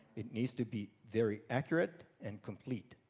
it needs to be very accurate and complete.